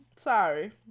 Sorry